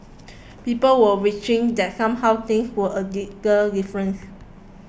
people were reaching that somehow things were a little different